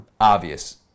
obvious